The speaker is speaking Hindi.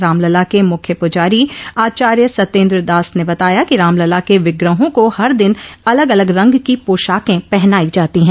रामलला के मुख्य पूजारी आचार्य सतेन्द्र दास ने बताया कि रामलला के विग्रहों को हर दिन अलग अलग रंग की पोशाके पहनाई जाती है